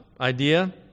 idea